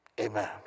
Amen